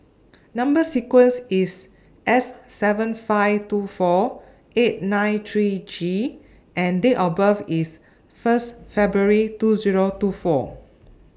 Number sequence IS S seven five two four eight nine three G and Date of birth IS First February two Zero two four